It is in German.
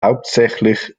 hauptsächlich